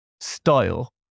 style